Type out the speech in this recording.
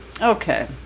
Okay